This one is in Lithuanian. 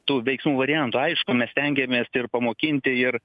tų veiksmų variantų aišku mes stengiamės ir pamokinti ir